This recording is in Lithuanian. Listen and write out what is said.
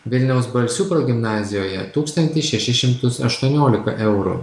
vilniaus balsių progimnazijoje tūkstantį šešis šimtus aštuoniolika eurų